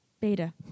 Beta